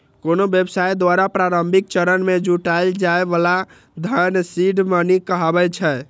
कोनो व्यवसाय द्वारा प्रारंभिक चरण मे जुटायल जाए बला धन सीड मनी कहाबै छै